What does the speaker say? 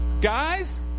Guys